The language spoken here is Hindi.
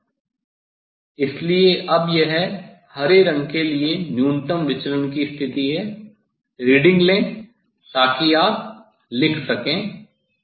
हां इसलिए अब यह हरे रंग के लिए न्यूनतम विचलन की स्थिति है रीडिंग लें ताकि आप लिख सकें